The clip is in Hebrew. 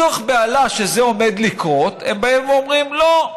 מתוך בהלה שזה עומד לקרות, הם באים ואומרים, לא,